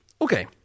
Okay